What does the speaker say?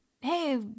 hey